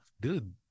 dude